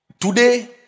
Today